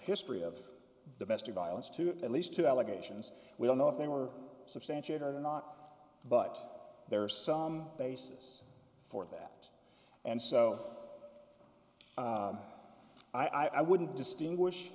history of domestic violence to at least two allegations we don't know if they were substantiated or not but there are some basis for that and so i wouldn't distinguish